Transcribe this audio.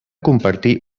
compartir